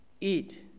eat